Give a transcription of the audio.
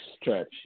stretch